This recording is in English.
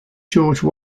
george